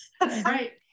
right